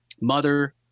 mother